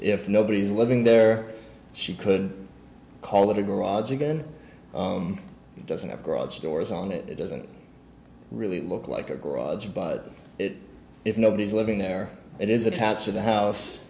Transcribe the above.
if nobody's living there she could call it a garage again it doesn't have garage doors on it it doesn't really look like a garage but if nobody's living there it is attached to the house